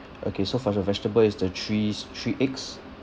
okay so for the vegetable is the three s~ three eggs